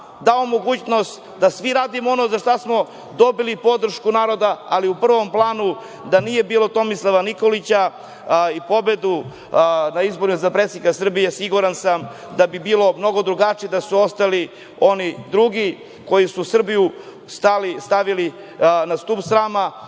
dao mogućnost da svi radimo ono za šta smo dobili podršku naroda, ali u prvom planu da nije bilo Tomislava Nikolića i pobede na izborima za predsednika Srbije, siguran sam da bi bilo mnogo drugačije da su ostali oni drugi koji su Srbiju stavili na stub srama,